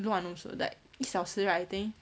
乱 also like 一小时 right I think